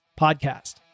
podcast